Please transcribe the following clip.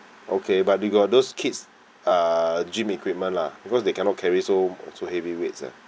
okay but you got those kids uh gym equipment lah because they cannot carry so so heavy weights ah